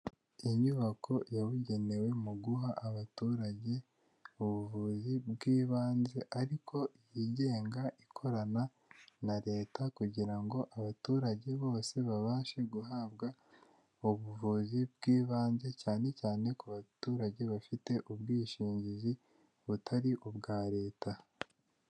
Inyubako yabugenewe mu guha abaturage ubuvuzi bw'ibanze ariko yigenga ikorana na Leta kugira ngo abaturage bose babashe guhabwa ubuvuzi bw'ibanze cyane cyane ku baturage bafite ubwishingizi butari ubwa Leta.